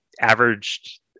averaged